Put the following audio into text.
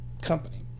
company